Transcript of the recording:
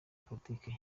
politiki